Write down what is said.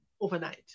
overnight